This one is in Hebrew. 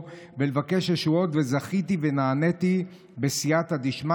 תיקון שבעצם לוקח את חוק ממשלת החילופים ועושה בו תיקונים